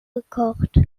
gekocht